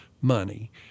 money